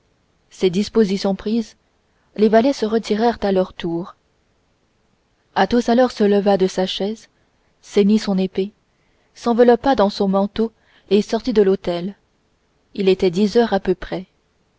ces dispositions prises les valets se retirèrent à leur tour athos alors se leva de sa chaise ceignit son épée s'enveloppa dans son manteau et sortit de l'hôtel il était dix heures à peu près